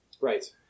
Right